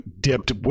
dipped